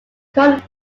current